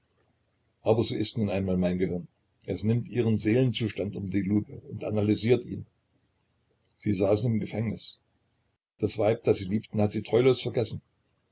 aber so ist nun einmal mein gehirn es nimmt ihren seelenzustand unter die lupe und analysiert ihn sie saßen im gefängnis das weib das sie liebten hat sie treulos vergessen